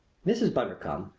mrs. bundercombe,